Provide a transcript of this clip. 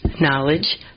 knowledge